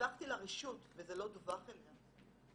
שדיווחתי לרשות וזה לא דווח אליה.